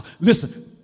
Listen